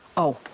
oh,